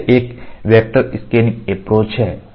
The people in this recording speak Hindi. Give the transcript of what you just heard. तो यह एक वेक्टर स्कैन एप्रोच है